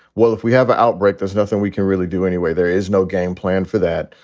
well, if we have an outbreak, there's nothing we can really do anyway. there is no game plan for that.